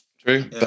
true